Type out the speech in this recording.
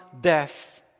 death